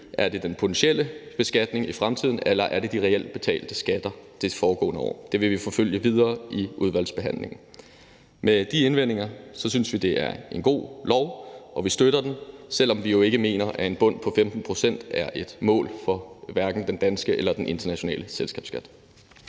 Er det den potentielle beskatning i fremtiden, eller er det de reelt betalte skatter det foregående år? Det vil vi forfølge videre i udvalgsbehandlingen. Med de indvendinger synes vi, det er et godt lovforslag, og vi støtter det, selv om vi jo ikke mener, at en bund på 15 pct. er et mål, hverken for den danske eller den internationale selskabsskat.